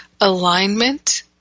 alignment